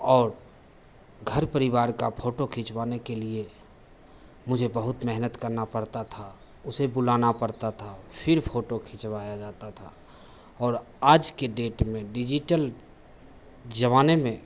और घर परिवार का फ़ोटो खिचवाने के लिए मुझे बहुत मेहनत करना पड़ता था उसे बुलाना पड़ता था फ़िर फ़ोटो खिचवाया जाता था और आज की डेट में डिजिटल ज़माने में